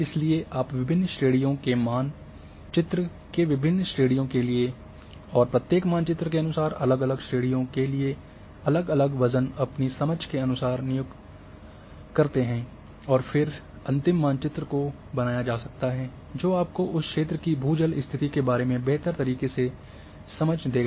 इसलिए आप विभिन्न श्रेणियों के मानचित्र के विभिन्न श्रेणियों के लिए और प्रत्येक मानचित्र के अनुसार अलग अलग श्रेणियों के लिए अलग अलग वजन अपनी समझ के अनुसार नियुक्त करते हैं और फिर अंतिम मानचित्र को बनाया जा सकता है जो आपको उस क्षेत्र की भू जल स्थिति के बारे में बेहतर तरीक़े की समझ देगा